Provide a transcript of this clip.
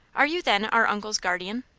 are you, then, our uncle's guardian?